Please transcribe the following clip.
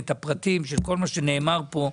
את הפרטים של כל מה שנאמר פה.